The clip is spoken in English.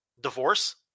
Divorce